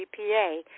GPA